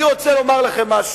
אני רוצה לומר לכם משהו.